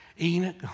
Enoch